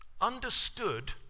understood